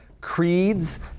creeds